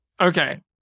Okay